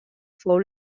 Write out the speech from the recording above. fou